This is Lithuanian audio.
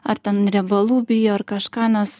ar ten riebalų bijo ar kažką nes